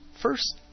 first